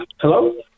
Hello